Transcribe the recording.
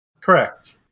Correct